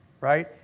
right